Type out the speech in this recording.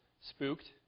spooked